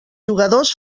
jugadors